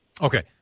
Okay